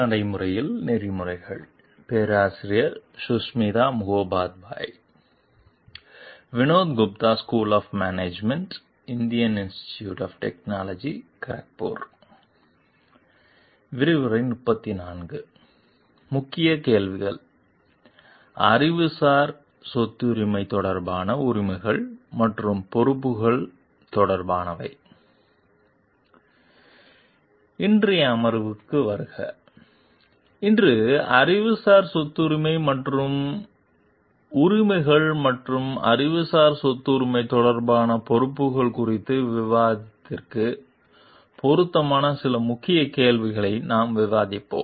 இன்றைய அமர்வுக்கு வருக இன்று அறிவுசார் சொத்துரிமை மற்றும் உரிமைகள் மற்றும் அறிவுசார் சொத்துரிமை தொடர்பான பொறுப்புகள் குறித்த விவாதத்திற்கு பொருத்தமான சில முக்கிய கேள்விகளை நாம் விவாதிப்போம்